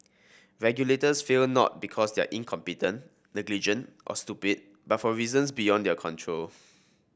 regulators fail not because they are incompetent negligent or stupid but for reasons beyond their control